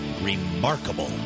remarkable